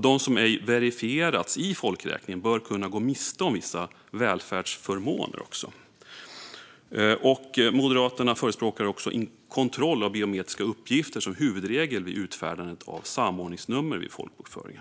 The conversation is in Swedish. De som ej verifierats i folkräkningen bör kunna gå miste om vissa välfärdsförmåner. Moderaterna förespråkar också kontroll av biometriska uppgifter som huvudregel vid utfärdande av samordningsnummer och vid folkbokföring.